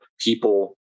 people